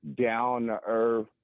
down-to-earth